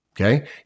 Okay